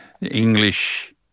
English